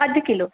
अधु किलो